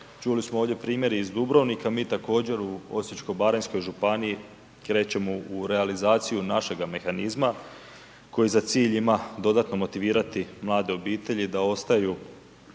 Čuli smo ovdje primjer iz Dubrovnika, mi također u Osječko-baranjskoj županiji krećemo u realizaciju našega mehanizma koji za cilj ima dodatno motivirati mlade obitelji da ostaju